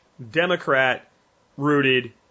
Democrat-rooted